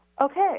Okay